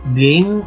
game